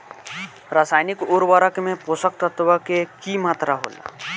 रसायनिक उर्वरक में पोषक तत्व के की मात्रा होला?